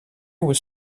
was